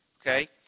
Okay